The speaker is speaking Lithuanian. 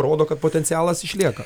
rodo kad potencialas išlieka